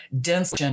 dense